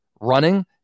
running